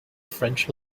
french